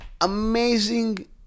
amazing